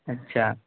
اچھا